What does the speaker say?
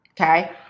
okay